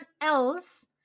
else